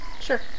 Sure